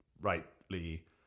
rightly